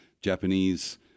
Japanese –